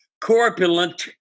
corpulent